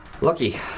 Lucky